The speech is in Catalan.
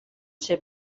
ser